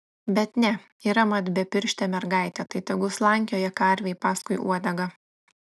bet ne yra mat bepirštė mergaitė tai tegu slankioja karvei paskui uodegą